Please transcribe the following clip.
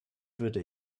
würde